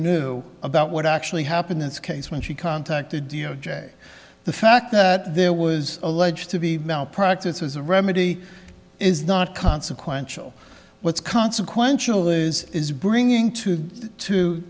knew about what actually happened in this case when she contacted d o j the fact that there was alleged to be malpractise was a remedy is not consequential what's consequential is is bringing to t